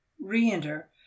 re-enter